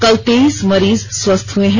कल तेईस मरीज स्वस्थ हुए हैं